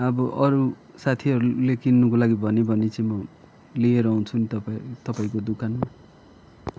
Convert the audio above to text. अब अरू साथीहरूले किन्नुको लागि भन्यो भने चाहिँ म लिएर आउँछु नि तपाईँ तपाईँको दोकानमा